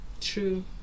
true